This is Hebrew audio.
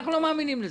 אנחנו לא מאמינים לזה.